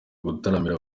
gutaramira